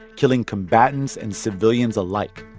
killing combatants and civilians alike.